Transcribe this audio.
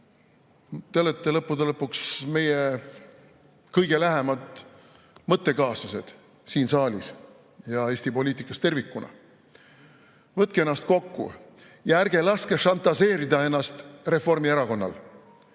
Te olete lõppude lõpuks meie kõige lähemad mõttekaaslased siin saalis ja Eesti poliitikas tervikuna. Võtke ennast kokku ja ärge laske šantažeerida ennast Reformierakonnal!